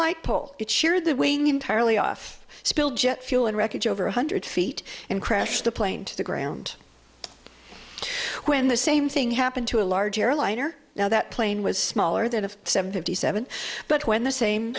light pole it sure the wing entirely off spilled jet fuel and wreckage over one hundred feet and crash the plane to the ground when the same thing happened to a large airliner now that plane was smaller than a seven fifty seven but when the same